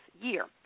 year